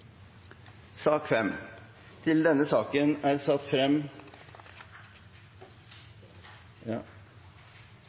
sak nr. 2. I denne saken er